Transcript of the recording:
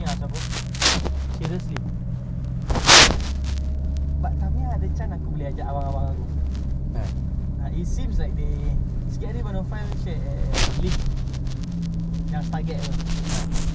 ah dah modified japanese punya motor uh limited edition habis aku punya tayar rim aku tukar rim sport rim dia punya wheels yang ada printed colour putih sport rim sport wheels